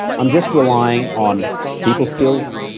i'm just relying on people skills,